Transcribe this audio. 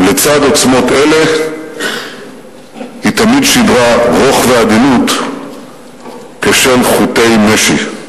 ולצד עוצמות אלה היא תמיד שידרה רוך ועדינות כשל חוטי משי.